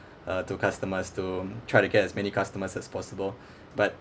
uh to customers to try to get as many customers as possible but